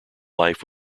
life